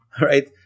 Right